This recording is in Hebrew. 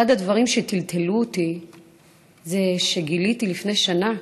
אחד הדברים שטלטלו אותי זה שגיליתי לפני שנה,